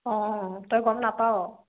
অঁ তই গম নাপাৱ